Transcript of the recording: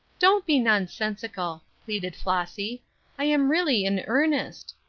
don't be nonsensical, pleaded flossy i am really in earnest.